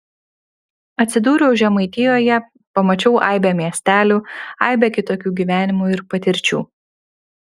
atsidūriau žemaitijoje pamačiau aibę miestelių aibę kitokių gyvenimų ir patirčių